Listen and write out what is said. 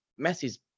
Messi's